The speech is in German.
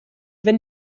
wenn